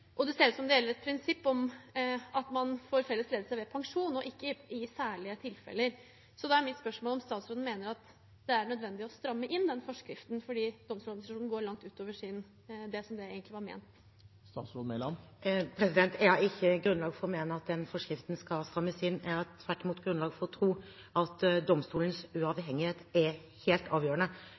Og det ser ut som om det gjelder et prinsipp om at man får felles ledelse ved pensjon, og ikke i «særlige tilfeller». Så da er mitt spørsmål om statsråden mener det er nødvendig å stramme inn den forskriften, siden Domstoladministrasjonen går langt utover det som egentlig var ment. Jeg har ikke grunnlag for å mene at den forskriften skal strammes inn. Jeg har tvert imot grunnlag for å tro at domstolenes uavhengighet er helt avgjørende